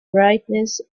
brightness